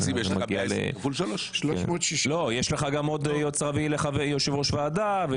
יש לך 120 כפול 3. 360. יש לך גם יועץ רביעי ליושב-ראש ועדה.